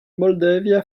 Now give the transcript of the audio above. moldavia